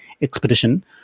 expedition